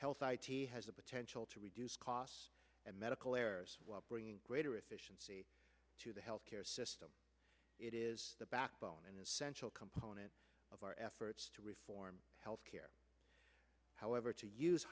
health has the potential to reduce costs and medical errors bring greater efficiency to the health care system it is the backbone and essential component of our efforts to reform health care however to use